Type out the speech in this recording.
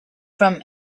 from